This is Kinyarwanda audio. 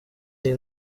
nari